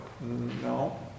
No